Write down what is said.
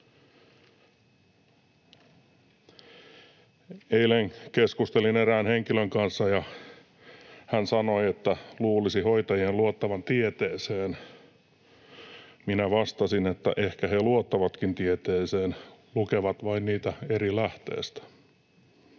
Eilen keskustelin erään henkilön kanssa, ja hän sanoi, että luulisi hoitajien luottavan tieteeseen. Minä vastasin, että ehkä he luottavatkin tieteeseen, lukevat vain niitä eri lähteestä.